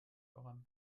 voran